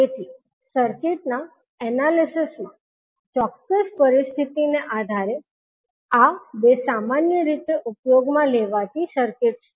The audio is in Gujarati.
તેથી સર્કિટના એનાલિસિસ મા ચોક્ક્સ પરિસ્થિતિને આધારે આ બે સામાન્ય રીતે ઉપયોગમાં લેવાતી સર્કિટ્સ છે